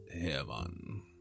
heaven